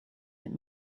that